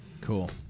Cool